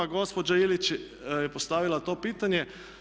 Gospođa Ilić je postavila to pitanje.